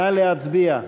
נא להצביע.